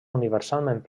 universalment